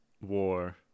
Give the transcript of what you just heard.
war